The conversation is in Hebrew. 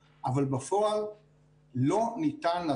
מידיעתי לא תוקן כלום.